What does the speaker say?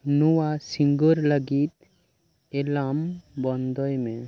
ᱱᱚᱶᱟ ᱥᱤᱸᱜᱟᱹᱲ ᱞᱟᱜᱤᱫ ᱮᱞᱟᱨᱢ ᱵᱚᱱᱫᱚᱭ ᱢᱮ